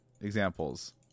examples